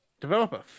developer